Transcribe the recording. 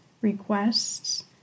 requests